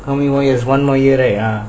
how many more years one more year right ya